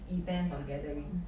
events or gatherings